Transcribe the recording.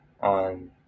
on